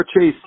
chase